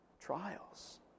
trials